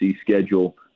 schedule